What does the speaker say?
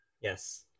Yes